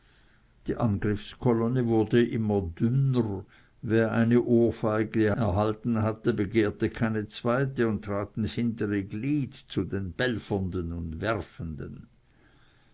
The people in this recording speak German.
die angriffskolonne wurde immer dünner wer eine ohrfeige erhalten hatte begehrte keine zweite und trat ins hintere glied zu den belfernden und werfenden